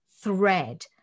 thread